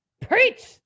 Preach